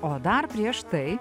o dar prieš tai